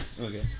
Okay